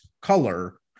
color